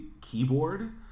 keyboard